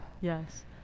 yes